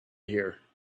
here